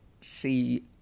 see